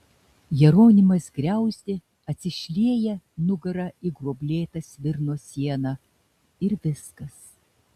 jeronimas griauzdė atsišlieja nugara į gruoblėtą svirno sieną ir viskas